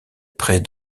près